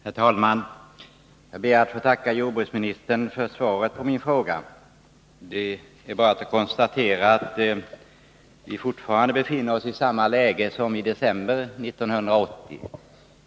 Herr talman! Jag ber att få tacka jordbruksministern för svaret på min fråga. Det är bara att konstatera att vi fortfarande befinner oss i samma läge som i december 1980.